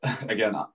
again